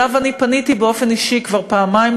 ואני פניתי אליו באופן אישי כבר פעמיים,